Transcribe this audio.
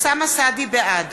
נוכח אוסאמה סעדי, בעד